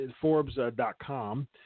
Forbes.com